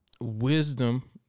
wisdom